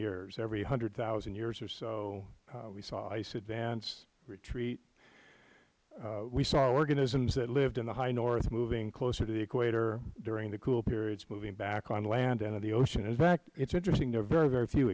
years every one hundred thousand years or so we saw ice advance retreat we saw organisms that lived in the high north moving closer to the equator during the cool periods moving back on land out of the ocean in fact it is interesting there are very few